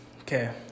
Okay